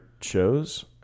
shows